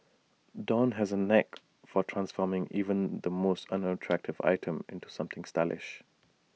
dawn has A knack for transforming even the most unattractive item into something stylish